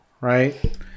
Right